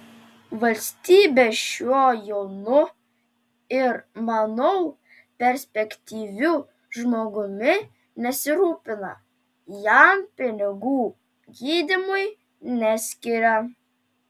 valstybė šiuo jaunu ir manau perspektyviu žmogumi nesirūpina jam pinigų gydymui neskiria